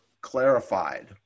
clarified